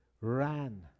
ran